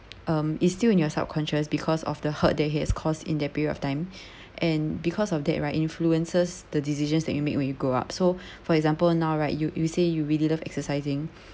um is still in your subconscious because of the hurt that he has caused in that period of time and because of that right influences the decisions that you make when you grow up so for example now right you you say you really love exercising